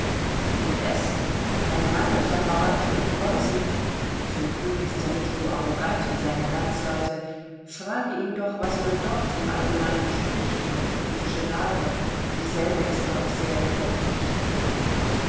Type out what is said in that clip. s dein mann hat ja verwandte in preußen zum glück ist er nicht so arrogant wie seine landsleute frage ihn doch was man dort im allgemeinen spricht über die politische lage dieselbe ist doch sehr bedenklich